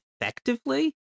effectively